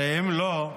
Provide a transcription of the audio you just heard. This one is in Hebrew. הרי אם לא,